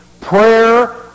prayer